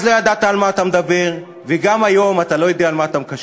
אז לא ידעת על מה אתה מדבר וגם היום אתה לא יודע על מה אתה מקשקש.